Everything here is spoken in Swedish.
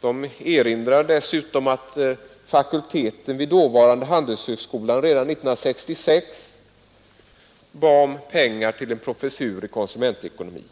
Den sistnämnda erinrar dessutom om att fakulteten vid dåvarande handelshögskolan redan 1966 bad om pengar till en professur i konsumentekonomi.